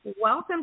Welcome